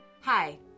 Hi